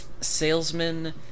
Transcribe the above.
Salesman